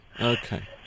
Okay